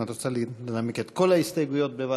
אם את רוצה לנמק את כל ההסתייגויות בבת-אחת,